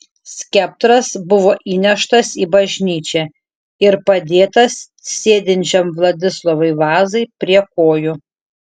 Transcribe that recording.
skeptras buvo įneštas į bažnyčią ir padėtas sėdinčiam vladislovui vazai prie kojų